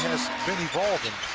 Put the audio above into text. been evolving.